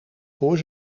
voor